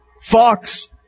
fox